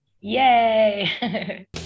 yay